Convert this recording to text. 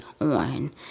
on